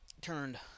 turned